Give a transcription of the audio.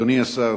אדוני השר,